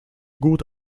gut